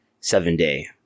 seven-day